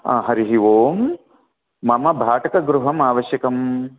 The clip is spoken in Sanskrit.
हरिः ओम् मम भाटकगृहमावश्यकं